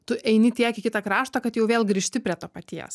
tu eini tiek į kitą kraštą kad jau vėl grįžti prie to paties